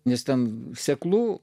nes ten seklu